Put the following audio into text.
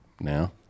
Now